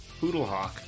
Poodlehawk